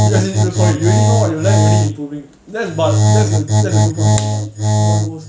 as in oh sorry you already know what you like already in doing that's but that's a that's a rumour about you [what] no one knows